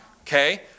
Okay